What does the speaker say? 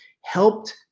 helped